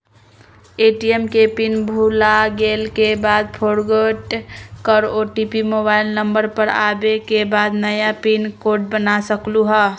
ATM के PIN भुलागेल के बाद फोरगेट कर ओ.टी.पी मोबाइल नंबर पर आवे के बाद नया पिन कोड बना सकलहु ह?